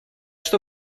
что